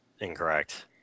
Incorrect